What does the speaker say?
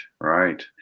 right